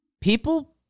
People